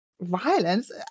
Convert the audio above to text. violence